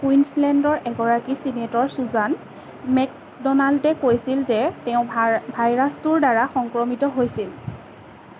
কুইন্সলেণ্ডৰ এগৰাকী ছিনেটৰ চুজান মেকড'নাল্ডে কৈছিল যে তেওঁ ভাইৰাছটোৰ দ্বাৰা সংক্ৰমিত হৈছিল